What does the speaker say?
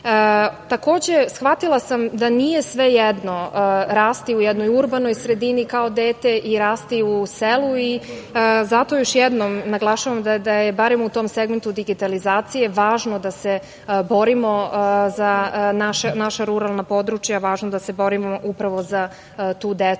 Takođe, shvatila sam da nije svejedno rasti u jednoj urbanoj sredini kao dete i rasti u selu. Zato još jednom naglašavam da je barem u tom segmentu digitalizacije važno da se borimo za naša ruralna područja, važno da se borimo upravo za tu decu